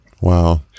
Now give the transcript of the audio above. wow